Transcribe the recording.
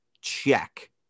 check